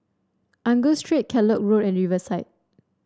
Angus Street Kellock Road and Riverside